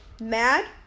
mad